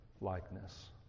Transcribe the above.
likeness